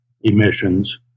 emissions